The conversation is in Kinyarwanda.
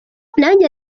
nanjye